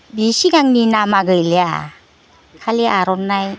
बि सिगांनि नामआ गैलिया खालि आर'नाइ